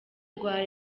rwa